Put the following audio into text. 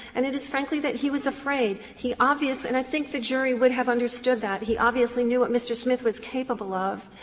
and it is frankly that he was afraid. he obvious and i think the jury would have understood that. he obviously knew what mr. smith was capable of.